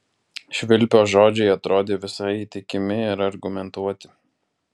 švilpio žodžiai atrodė visai įtikimi ir argumentuoti